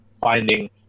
finding